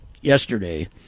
yesterday